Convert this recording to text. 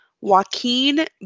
Joaquin